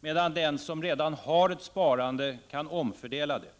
medan de som redan har ett sparande bara kan omfördela det.